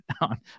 on